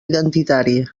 identitari